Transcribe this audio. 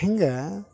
ಹಿಂಗೆ